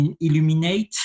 illuminate